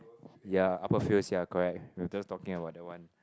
ya upper fields ya correct we were just talking about that one